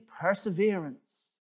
perseverance